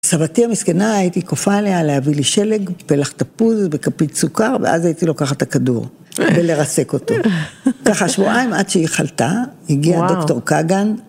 סבתי המסכנה, הייתי כופה עליה להביא לי שלג, פלח תפוז בכפית סוכר ואז הייתי לוקחת את הכדור. ולרסק אותו. ככה שבועיים עד שהיא חלתה, הגיע דוקטור קאגן.